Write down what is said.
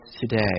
today